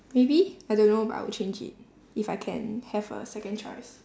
maybe I don't know but I will change it if I can have a second choice